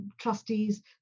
trustees